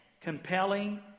compelling